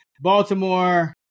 Baltimore